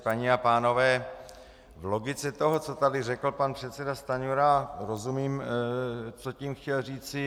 Paní a pánové, v logice toho, co tady řekl pan předseda Stanjura, rozumím, co tím chtěl říci.